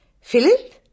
Philip